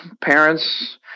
parents